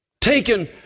taken